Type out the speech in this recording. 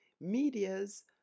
medias